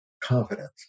confidence